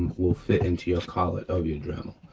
will fit into your collet of your dremel,